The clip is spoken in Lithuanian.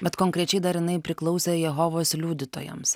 bet konkrečiai dar jinai priklausė jehovos liudytojams